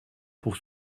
pour